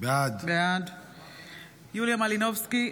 בעד יוליה מלינובסקי,